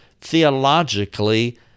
theologically